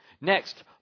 Next